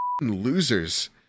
losers